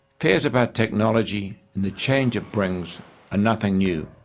fears about technology and the change it brings are nothing new.